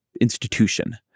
institution